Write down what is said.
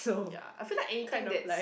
ya I feel like anything that's